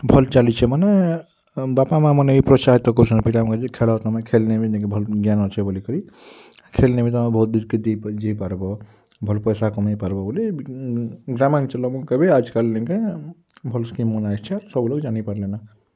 ଭଲ୍ ଚାଲିଛେ ମାନେ ବାପା ମାଆ ମାନେ ବି ପ୍ରାସାହିତ କରୁଛନ୍ ପିଲାଙ୍କୁ ଯେ ଖେଳ ତମେ ଖେଲ୍ଲେ ବି ନି କାଏଁ ଭଲ୍ ଜ୍ଞାନ ଅଛେ ବୋଲିକରି ଖେଲ୍ନେ ବି ତମେ ବହୁତ୍ ଦୂର୍କେ ଯାଇ ପାର୍ବ ଭଲ୍ ପଏସା କମେଇ ପାର୍ବ ବୋଲି ଗ୍ରାମାଞ୍ଚଳନେ ବି ଆଜିକାଲି ନି କାଏଁ ଭଲ୍ ସ୍କିମ୍ମାନେ ଆସିଛେ ଆର୍ ସବୁ ଲୋକ୍ ଜାନି ପାର୍ଲେନ